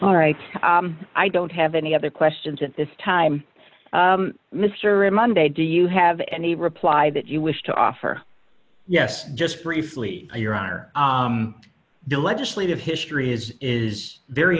all right i don't have any other questions at this time mr monday do you have any reply that you wish to offer yes just briefly your honor the legislative history is is very